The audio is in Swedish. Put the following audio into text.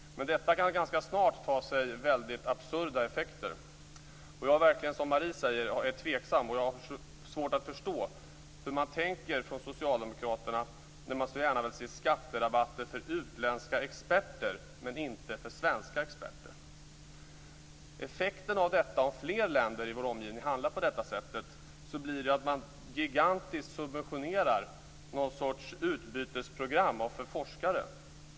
Men detta kan ganska snart ta sig väldigt absurda effekter. Jag är, som Marie säger, tveksam, och jag har svårt att förstå hur socialdemokraterna tänker när man så gärna vill se skatterabatter för utländska experter men inte för svenska experter. Om fler länder i vår omgivning handlar på detta sätt blir effekten av det en gigantisk subventionering av någon sorts utbytesprogram för forskare.